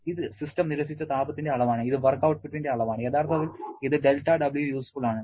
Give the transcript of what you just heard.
ഇത് സിസ്റ്റം നിരസിച്ച താപത്തിന്റെ അളവാണ് ഇത് വർക്ക് ഔട്ട്പുട്ടിന്റെ അളവാണ് യഥാർത്ഥത്തിൽ ഇത് δWuseful ആണ്